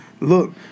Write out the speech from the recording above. look